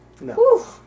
No